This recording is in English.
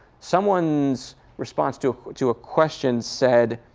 someone's response to to a question said,